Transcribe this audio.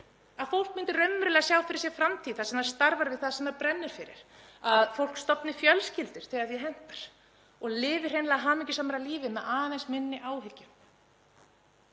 að fólk myndi raunverulega sjá fyrir sér framtíð þar sem það starfar við það sem brennur fyrir, að fólk stofni fjölskyldur þegar því hentar og lifi hreinlega hamingjusamara lífi með aðeins minni áhyggjur.